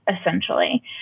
essentially